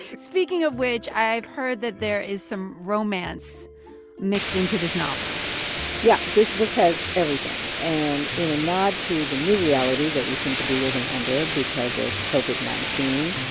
speaking of which, i've heard that there is some romance mixed into this novel yeah. this book has everything. and in a nod to the new reality that we seem to be living under because of covid nineteen,